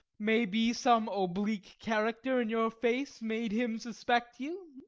may be some oblique character in your face made him suspect you.